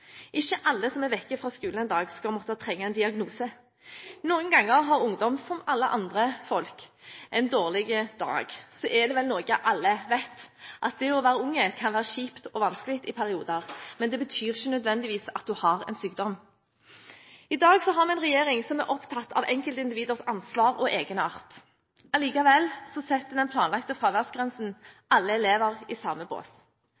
Ikke alle som er borte fra skolen en dag, skal måtte trenge en diagnose. Noen ganger har ungdom, som alle andre folk, en dårlig dag. Så er det vel også slik, som alle vet, at det å være ung kan være kjipt og vanskelig i perioder, men det betyr ikke nødvendigvis at man har en sykdom. I dag har vi en regjering som er opptatt av enkeltindividets ansvar og egenart. Likevel setter den planlagte fraværsgrensen alle elever i samme